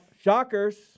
Shockers